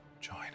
join